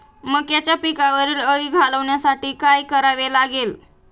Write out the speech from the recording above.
मक्याच्या पिकावरील अळी घालवण्यासाठी काय करावे लागेल?